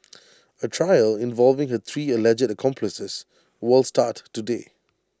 A trial involving her three alleged accomplices will start today